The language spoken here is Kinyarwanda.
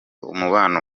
umubano